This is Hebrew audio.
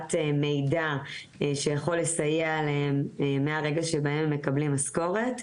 העברת מידע שיכול לסייע להם מהרגע שהם מקבלים משכורת,